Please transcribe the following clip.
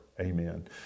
Amen